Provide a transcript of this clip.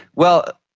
well,